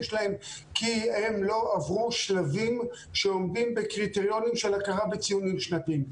להם כי הם לא עברו שלבים שעומדים בקריטריונים של הכרה בציונים שנתיים.